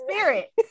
spirit